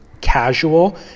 casual